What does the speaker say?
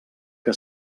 que